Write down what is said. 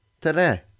today